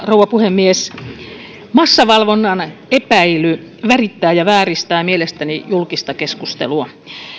rouva puhemies massavalvonnan epäily värittää ja vääristää mielestäni julkista keskustelua